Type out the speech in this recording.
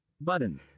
button